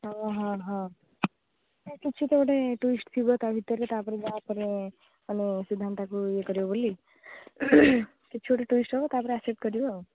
ହଁ ହଁ ହଁ ନାଇଁ କିଛି ତ ଗୋଟେ ଟୁଇଷ୍ଟ ଥିବ ତା' ଭିତରେ ତାପରେ ଯାହାପରେ ମାନେ ସିଦ୍ଧାନ୍ତ ତାକୁ ଇଏ କରିବ ବୋଲି କିଛି ଗୋଟେ ଟୁଇଷ୍ଟ ହବ ତାପରେ ଆସେପ୍ଟ କରିବ ଆଉ